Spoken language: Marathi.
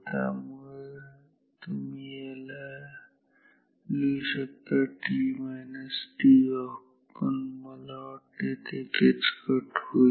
त्यामुळे तुम्ही याला लिहू शकता t tOFF पण मला वाटते ते किचकट होईल